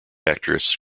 actress